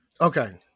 Okay